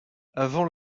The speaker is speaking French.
avant